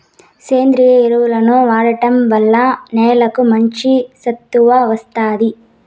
సేంద్రీయ ఎరువులను వాడటం వల్ల నేలకు మంచి సత్తువ వస్తాది